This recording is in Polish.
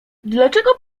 dlaczego